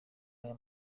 aya